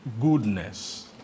goodness